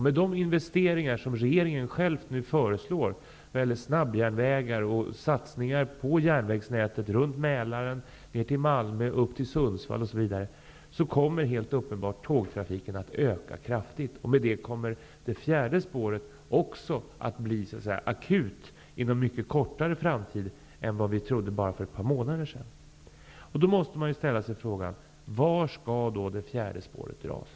Med de investeringar som regeringen själv nu föreslår, snabbjärnvägar och satsningar på järnvägsnätet runt Mälaren, ned till Malmö, upp till Sundsvall osv., kommer helt uppenbart tågtrafiken att öka kraftigt. I och med det kommer det fjärde spåret också att bli så att säga akut inom en mycket kortare framtid än vad vi trodde för bara ett par månader sedan. Då måste man ställa frågan: Var skall då det fjärde spåret dras?